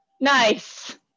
Nice